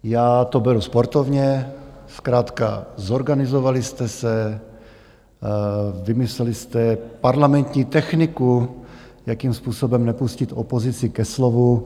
Já to beru sportovně, zkrátka zorganizovali jste se, vymysleli jste parlamentní techniku, jakým způsobem nepustit opozici ke slovu.